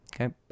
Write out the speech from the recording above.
Okay